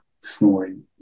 snoring